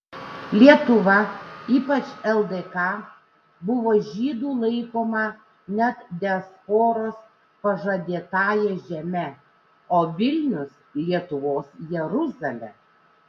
lietuva ypač ldk buvo žydų laikoma net diasporos pažadėtąja žeme o vilnius lietuvos jeruzale